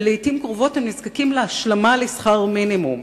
ולעתים קרובות הם נזקקים להשלמה לשכר מינימום.